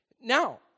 Now